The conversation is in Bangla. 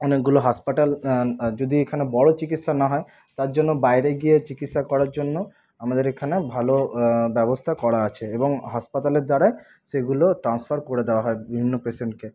অনেকগুলো হাসপাতাল যদি এখানে বড়ো চিকিৎসা না হয় তার জন্য বাইরে গিয়ে চিকিৎসা করার জন্য আমাদের এখানে ভালো ব্যবস্থা করা আছে এবং হাসপাতালের দ্বারা সেগুলো ট্রান্সফার করে দেওয়া হয় বিভিন্ন পেসেন্টকে